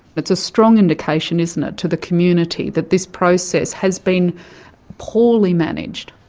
it's a strong indication, isn't it, to the community that this process has been poorly managed.